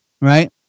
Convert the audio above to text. right